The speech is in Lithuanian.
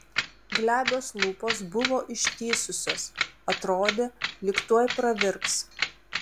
glebios lūpos buvo ištįsusios atrodė lyg tuoj pravirks